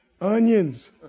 Onions